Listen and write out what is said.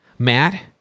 Matt